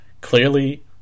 clearly